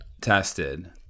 tested